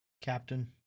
Captain